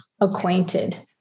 acquainted